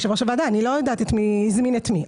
יושב-ראש הוועדה, אני לא יודעת מי הזמין את מי.